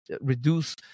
reduce